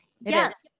yes